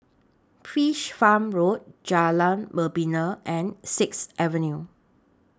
Fish Farm Road Jalan Membina and Sixth Avenue